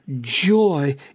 joy